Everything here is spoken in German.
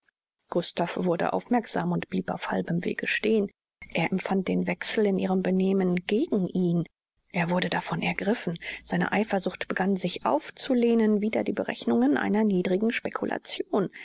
gustav wurde aufmerksam und blieb auf halbem wege stehen er empfand den wechsel in ihrem benehmen gegen ihn er wurde davon ergriffen seine eitelkeit begann sich aufzulehnen wider die berechnungen einer niedrigen